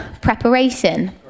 preparation